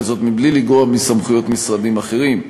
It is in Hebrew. וזאת מבלי לגרוע מסמכויות משרדים אחרים.